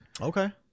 Okay